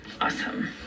awesome